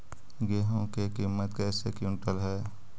गेहू के किमत कैसे क्विंटल है?